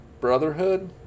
Brotherhood